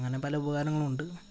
അങ്ങനെ പല ഉപകാരങ്ങളുമുണ്ട്